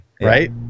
Right